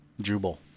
Jubal